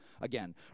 Again